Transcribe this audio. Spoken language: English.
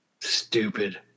Stupid